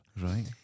right